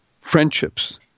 friendships